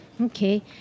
Okay